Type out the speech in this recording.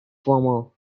former